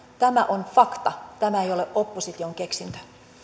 tämä on fakta tämä ei ole opposition keksintö